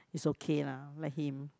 it's okay lah let him